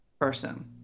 person